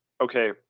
okay